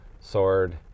sword